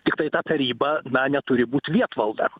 tiktai ta taryba na neturi būt lietvalda